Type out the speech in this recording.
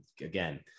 again